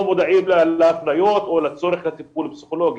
מודעים להפניות או לצורך בטיפול פסיכולוגי.